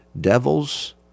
devil's